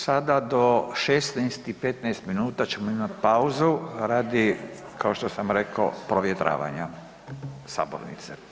Sada do 16 i 15 minuta ćemo imati pauzu radi, kao što sam rekao, provjetravanja sabornice.